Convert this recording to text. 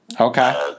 okay